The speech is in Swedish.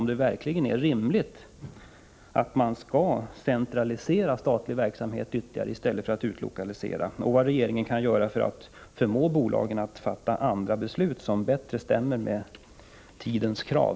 Är det verkligen rimligt att centralisera statlig verksamhet ytterligare i stället för att utlokalisera den? Vad kan regeringen göra för att förmå bolagen att fatta andra beslut, som bättre stämmer överens med tidens krav?